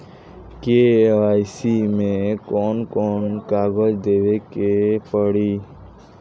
KYC मे कौन कौन कागज देवे के पड़ी?